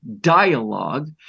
dialogue